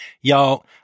Y'all